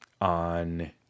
on